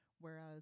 Whereas